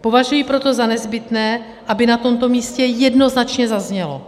Považuji proto za nezbytné, aby na tomto místě jednoznačně zaznělo,